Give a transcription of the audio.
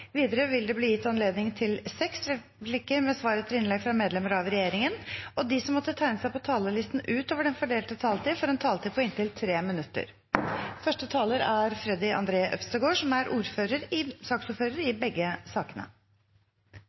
Videre vil det bli gitt anledning til seks replikker med svar etter innlegg fra medlemmer av regjeringen, og de som måtte tegne seg på talerlisten utover den fordelte taletid, får en taletid på inntil 3 minutter. Jeg vil takke komiteen for et godt samarbeid om disse to meldingene fra Sivilombudsmannen. Det er